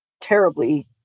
terribly